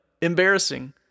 embarrassing